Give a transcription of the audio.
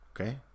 Okay